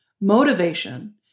motivation